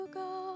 go